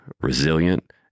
resilient